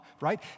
right